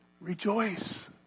Rejoice